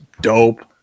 Dope